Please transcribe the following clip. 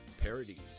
Parodies